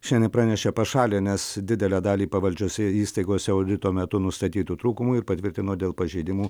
šiandien pranešė pašalinęs didelę dalį pavaldžiose įstaigose audito metu nustatytų trūkumų ir patvirtino dėl pažeidimų